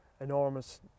enormous